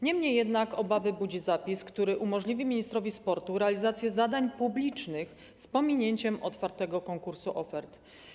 Niemniej jednak obawy budzi zapis, który umożliwi ministrowi sportu realizację zadań publicznych z pominięciem otwartego konkursu ofert.